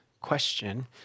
question